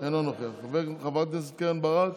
אינו נוכח, חברת הכנסת קרן ברק,